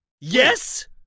Yes